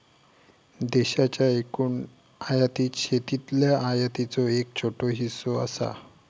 देशाच्या एकूण आयातीत शेतीतल्या आयातीचो एक छोटो हिस्सो असा